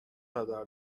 هدر